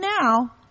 now